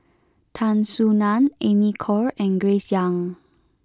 Tan Soo Nan Amy Khor and Grace Young